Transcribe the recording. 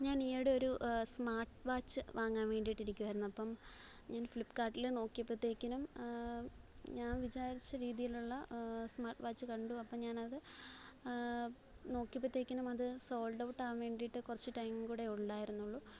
ഞാൻ ഈയിടെ ഒരു സ്മാർട്ട് വാച്ച് വാങ്ങാന് വേണ്ടിയിട്ടിരിക്കുകയായിരുന്നു അപ്പോള് ഞാൻ ഫ്ലിപ്പ്കാർട്ടില് നോക്കിയപ്പത്തേക്കിനും ഞാൻ വിചാരിച്ച രീതിയിലുള്ള സ്മാർട്ട് വാച്ച് കണ്ടു അപ്പോള് ഞാനത് നോക്കിയപ്പത്തേക്കിനും അത് സോൾഡ് ഔട്ട് ആകാന് വേണ്ടിയിട്ട് കുറച്ച് ടൈമും കൂടെ ഉള്ളായിരുന്നുള്ളു